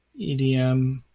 EDM